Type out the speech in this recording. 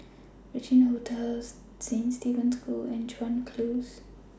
Regin Hotel Saint Stephen's School and Chuan Close